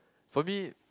for me